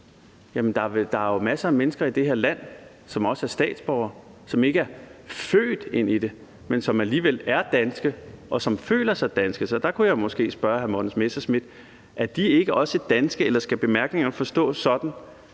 der er jo masser af mennesker i det her land, som også er statsborgere, og som ikke er født ind i det, men som alligevel er danske, og som føler sig danske. Så der kunne jeg måske spørge hr. Morten Messerschmidt: Er de ikke også danske, eller skal bemærkningerne forstås sådan,